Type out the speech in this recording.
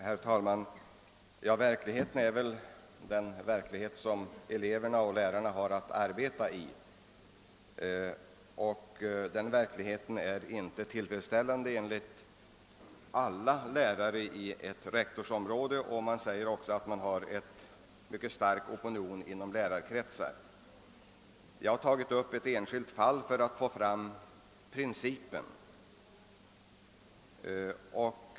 Herr talman! Jag har i min fråga aktualiserat den verklighet som eleverna och lärarna har att arbeta i. Den verkligheten är, enligt vad alla lärare i ett visst rektorsområde upplever, icke tillfredsställande. Jag tror att det finns en mycket stark opinion för deras uppfattning. Jag har tagit upp ett speciellt fall för att få principen klarlagd. Statsrådet har inte gett klart besked i principfrågan.